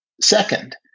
Second